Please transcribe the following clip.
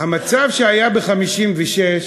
המצב שהיה ב-1956,